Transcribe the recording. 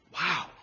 Wow